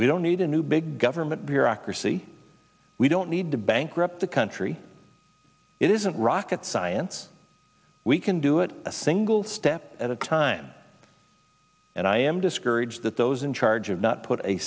we don't need a new big government bureaucracy we don't need to bankrupt the country three it isn't rocket science we can do it a single step at a time and i am discouraged that those in charge of not put a